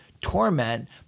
torment